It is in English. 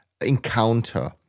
encounter